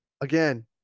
again